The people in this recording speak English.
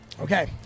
okay